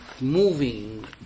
moving